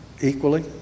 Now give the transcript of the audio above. equally